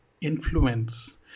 influence